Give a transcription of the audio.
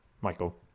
Michael